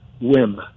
whim